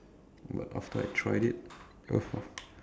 but after I tried it